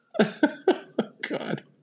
God